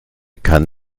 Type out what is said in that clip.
kann